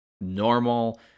normal